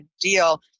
deal